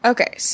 Okay